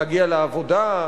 להגיע לעבודה,